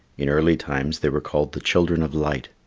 in early times they were called the children of light,